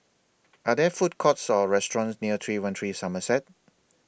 Are There Food Courts Or restaurants near three one three Somerset